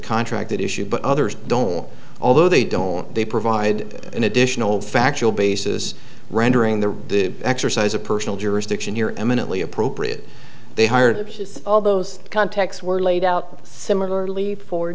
contract issue but others don't although they don't they provide an additional factual basis rendering the exercise of personal jurisdiction here eminently appropriate they hired all those contacts were laid out similarly for